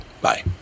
Bye